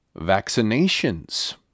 Vaccinations